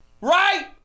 right